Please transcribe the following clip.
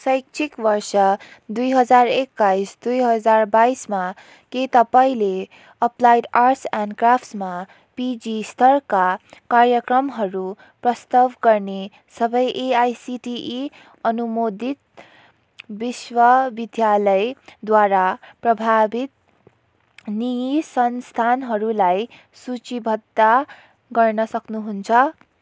शैक्षिक वर्ष दुई हजार एक्काइस दुई हजार बाइसमा के तपाईँले एप्लाइड आर्ट्स एन्ड क्राफ्टमा पिजी स्तरका कार्यक्रमहरू प्रस्ताव गर्ने सबै एआइसिटिई अनुमोदित विश्वविद्यालयद्वारा प्राभावित नि संस्थानहरूलाई सुचिबद्ध गर्न सक्नुहुन्छ